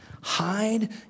Hide